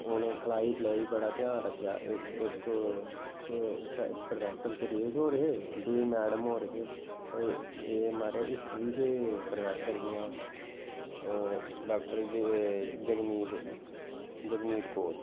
उ'नें खलाई पलाई बड़ा ध्यान रक्खेआ ते इक प्रोफेसर सुरेश होर हे दूई मैडम होर हे एह् माराज हिस्ट्ररी दे प्रोफैसर हियां डा जगमीत कौर